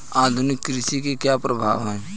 आधुनिक कृषि के क्या प्रभाव हैं?